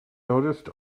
noticed